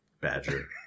badger